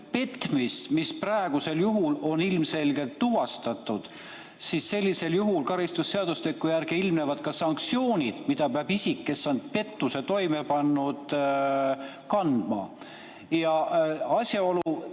petmist, nagu praegusel juhul on ilmselgelt tuvastatud, siis sellisel juhul kaasnevad ka sanktsioonid, mida peab isik, kes on pettuse toime pannud, kandma. Asjaloo